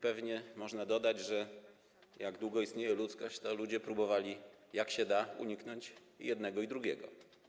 Pewnie można dodać, że jak długo istnieje ludzkość, ludzie próbowali, jak się da, uniknąć jednego i drugiego.